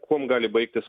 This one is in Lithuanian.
kuom gali baigtis